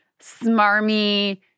smarmy